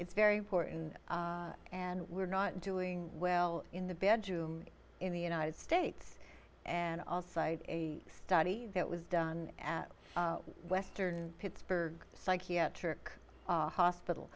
it's very important and we're not doing well in the bedroom in the united states and all cite a study that was done at western pittsburgh psychiatric hospital